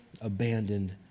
abandoned